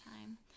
time